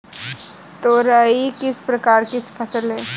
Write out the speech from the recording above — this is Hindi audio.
तोरई किस प्रकार की फसल है?